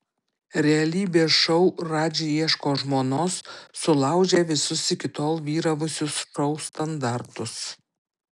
realybės šou radži ieško žmonos sulaužė visus iki tol vyravusius šou standartus